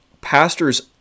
pastors